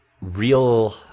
real